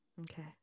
Okay